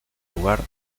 lugar